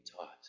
taught